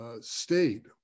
state